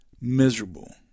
miserable